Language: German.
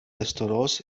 restaurants